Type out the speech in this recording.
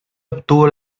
obtuvo